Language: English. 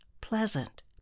pleasant